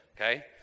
okay